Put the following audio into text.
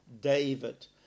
David